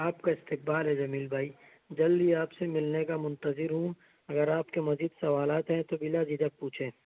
آپ کا استقبال ہے جمیل بھائی جلد ہی آپ سے ملنے کا منتظر ہوں اگر آپ کے مزید سوال ہیں تو بلا جھجک پوچھیں